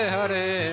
Hare